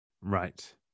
Right